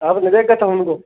आपने देखा था उनको